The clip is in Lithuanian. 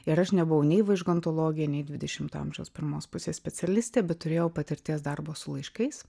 ir aš nebuvau nei vaižgantologė nei dvidešimto amžiaus pirmos pusės specialistė bet turėjau patirties darbo su laiškais